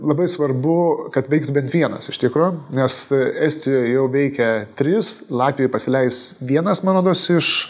labai svarbu kad veiktų bet vienas iš tikro nes estijoj jau veikia trys latvijoj pasileis vienas man rodos iš